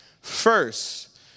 first